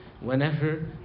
whenever